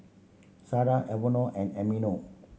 Sada Evonne and Emilio